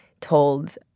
told